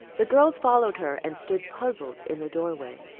the girls followed her, and stood puzzled in the doorway.